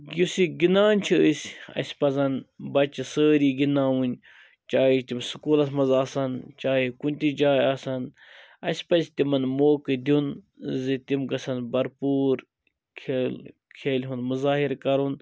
یُس یہِ گِندان چھِ أسۍ اسہِ پَزَن بَچہِ سٲری گِنٛدناوٕنۍ چاہے تِم سُکوٗلَس مَنٛز آسَن چاہے کُنہ تہِ جایہِ آسَن اسہِ پَزِ تِمَن موقعہٕ دیُن زِ تِم گَژھَن بھر پوٗر کھیل کھیلہِ ہُنٛد مُظاہر کَرُن